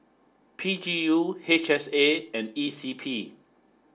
P G U H S A and E C P